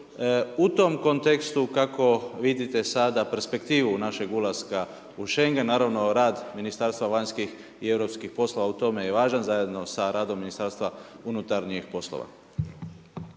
U tom kontekstu kako vidite sada perspektivu našeg ulaska u Schengen, naravno rad Ministarstva vanjskih i europskih poslova u tome je važan zajedno sa radom MUP-a? **Jandroković,